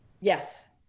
yes